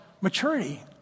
maturity